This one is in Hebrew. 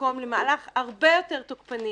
מקום למהלך הרבה יותר תוקפני,